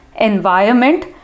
environment